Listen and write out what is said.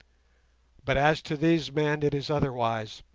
but as to these men it is otherwise